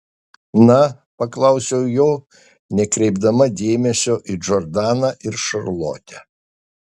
na paklausiau jo nekreipdama dėmesio į džordaną ir šarlotę